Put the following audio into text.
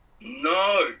No